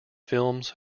films